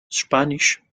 spanisch